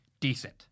decent